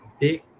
big